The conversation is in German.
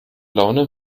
laune